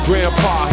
Grandpa